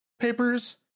papers